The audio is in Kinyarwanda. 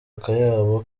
akayabo